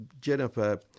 Jennifer